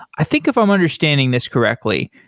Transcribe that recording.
i think if i'm understanding this correctly,